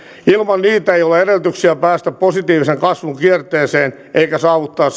ilman niitä ei ole edellytyksiä päästä positiiviseen kasvun kierteeseen eikä saavuttaa